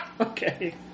Okay